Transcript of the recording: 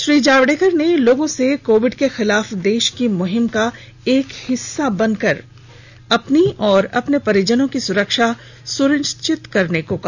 श्री जावडेकर ने लोगों से कोविड के खिलाफ देश की मुहिम का एक हिस्सा बनकर अपनी और अपने परिजनों की सुरक्षा सुनिश्चित करने को कहा